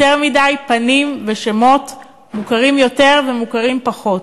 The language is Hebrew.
יותר מדי פנים ושמות, מוכרים יותר ומוכרים פחות,